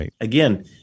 again